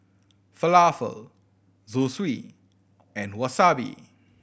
Falafel Zosui and Wasabi